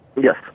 Yes